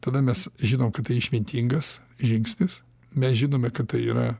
tada mes žinom kad tai išmintingas žingsnis mes žinome kad tai yra